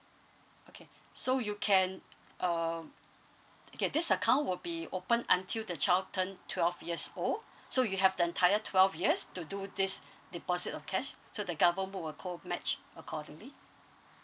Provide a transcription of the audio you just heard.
okay so you can um okay this account will be open until the child turned twelve years old so you have the entire twelve years to do this deposit of cash so the government will co match accordingly